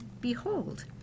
behold